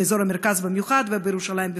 באזור המרכז בכלל ובירושלים בפרט.